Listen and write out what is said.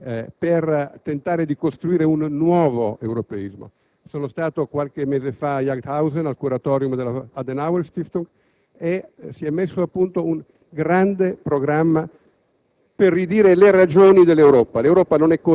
e alla visione fondamentale dell'Europa, per tentare di costruire un nuovo europeismo. Sono stato qualche mese fa al Kuratorium dell'Adenauer Stiftung presso Jagsthausen e si è messo a punto un grande programma